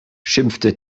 schimpfte